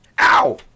Ow